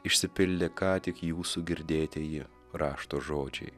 išsipildė ką tik jūsų girdėtieji rašto žodžiai